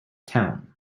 town